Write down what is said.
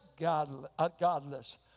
godless